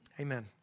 amen